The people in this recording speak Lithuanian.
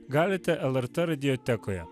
galite lrt radiotekoje